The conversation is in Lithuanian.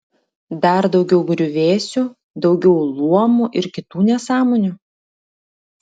dar daugiau griuvėsių daugiau luomų ir kitų nesąmonių